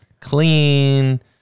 clean